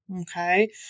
Okay